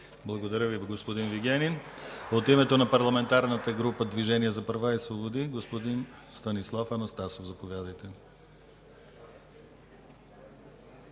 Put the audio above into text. Благодаря Ви, господин Вигенин. От името на Парламентарната група „Движение за права и свободи” – господин Станислав Анастасов. Заповядайте.